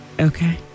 okay